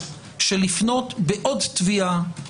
של לפנות בעוד תביעה,